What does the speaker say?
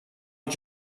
els